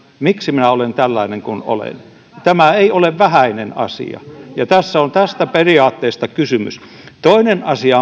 miksi minä olen tällainen kuin olen tämä ei ole vähäinen asia ja tässä on tästä periaatteesta kysymys kokonaan toinen asia